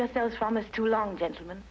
yourself from us too long gentlemen